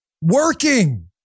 working